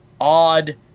odd